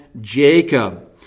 Jacob